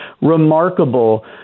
remarkable